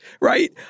right